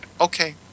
okay